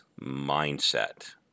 mindset